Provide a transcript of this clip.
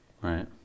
Right